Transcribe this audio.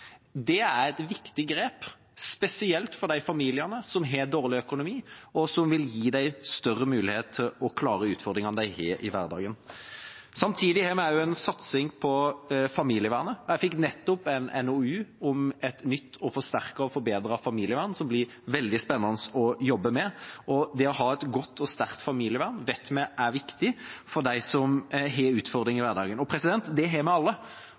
Det er et viktig grep, spesielt for de familiene som har dårlig økonomi, som vil gi dem større mulighet til å klare utfordringene de har i hverdagen. Samtidig har vi en satsing på familievernet. Jeg fikk nettopp en NOU om et nytt, forsterket og forbedret familievern, som det blir veldig spennende å jobbe videre med. Det å ha et godt og sterkt familievern vet vi er viktig for dem som har utfordringer i hverdagen. Det har vi alle,